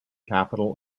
capital